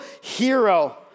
hero